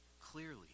clearly